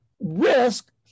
risk